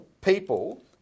people